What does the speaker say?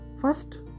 first